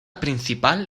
principal